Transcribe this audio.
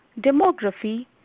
demography